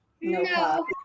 no